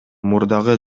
мурдагы